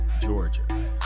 Georgia